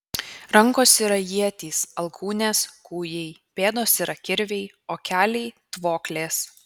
rankos yra ietys alkūnės kūjai pėdos yra kirviai o keliai tvoklės